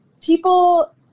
people